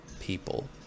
people